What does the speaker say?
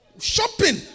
shopping